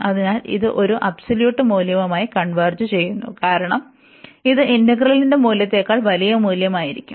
അതിനാൽ ഇത് ഒരു അബ്സോലൂട്ട് മൂല്യവുമായി കൺവെർജ് ചെയ്യുന്നു കാരണം ഇത് ഇന്റഗ്രലിന്റെ മൂല്യത്തേക്കാൾ വലിയ മൂല്യമായിരിക്കും